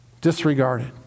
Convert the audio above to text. disregarded